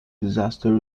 disaster